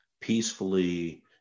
peacefully